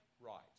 right